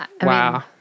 Wow